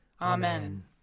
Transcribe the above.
Amen